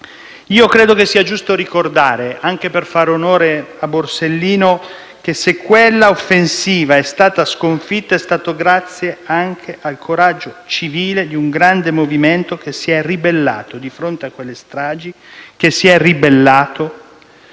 Credo sia giusto ricordare, anche per fare onore a Borsellino, che se quella offensiva è stata sconfitta è stato grazie anche al coraggio civile di un grande movimento che si è ribellato di fronte a quelle stragi, che si è stretto